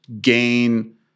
gain